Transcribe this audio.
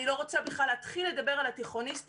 אני לא רוצה בכלל להתחיל לדבר על התיכוניסטים,